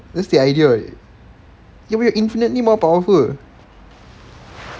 that's the idea [what] you will be infinitely more powerful